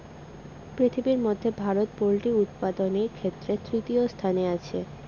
পৃথিবীর মধ্যে ভারত পোল্ট্রি উৎপাদনের ক্ষেত্রে তৃতীয় স্থানে আছে